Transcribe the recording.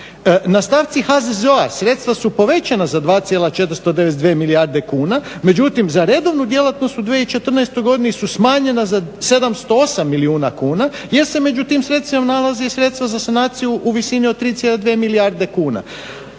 Na stavci HZZO-a sredstva su povećana za 2,492 milijarde kuna, međutim za redovnu djelatnost u 2014. godini su smanjena za 708 milijuna kuna jer se međutim … nalazi sredstva za sanaciju u visini od 3,2 milijarde kuna.